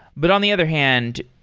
but on the other hand,